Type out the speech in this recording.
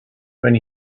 when